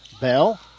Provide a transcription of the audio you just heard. Bell